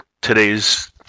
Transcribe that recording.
today's